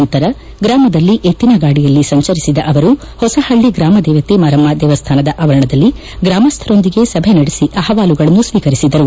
ನಂತರ ಗ್ರಾಮದಲ್ಲಿ ಎತ್ತಿನ ಗಾಡಿಯಲ್ಲಿ ಸಂಚರಿಸಿದ ಅವರು ಹೊಸಪಲ್ಲಿ ಗ್ರಾಮದೇವತೆ ಮಾರಮ್ನ ದೇವಸ್ಥಾನದ ಆವರಣದಲ್ಲಿ ಗ್ರಾಮಸ್ಸರೊಂದಿಗೆ ಸಭೆ ನಡೆಸಿ ಅಹವಾಲುಗಳನ್ನು ಸ್ವೀಕರಿಸಿದರು